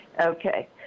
Okay